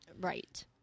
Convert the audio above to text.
Right